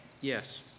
Yes